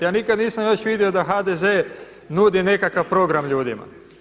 Ja nikad nisam još vidio da HDZ nudi nekakav program ljudima.